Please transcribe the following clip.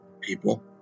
people